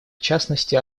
частности